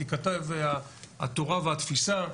תיכתב התורה והתפיסה,